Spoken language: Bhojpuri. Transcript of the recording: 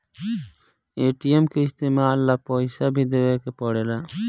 ए.टी.एम के इस्तमाल ला पइसा भी देवे के पड़ेला